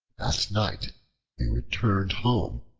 at night they returned home,